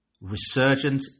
Resurgent